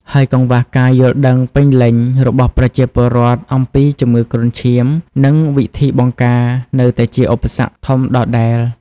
ហើយកង្វះការយល់ដឹងពេញលេញ របស់ប្រជាពលរដ្ឋអំពីជំងឺគ្រុនឈាម និងវិធីបង្ការនៅតែជាឧបសគ្គធំដដែល។